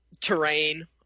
terrain